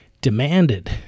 demanded